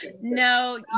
no